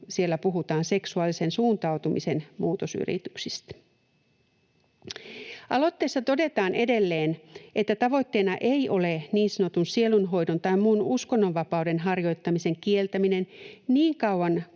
siellä puhutaan seksuaalisen suuntautumisen muu-tosyrityksistä. Aloitteessa todetaan edelleen, että tavoitteena ei ole niin sanotun sielunhoidon tai muun uskonnonvapauden harjoittamisen kieltäminen niin kauan